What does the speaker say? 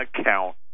account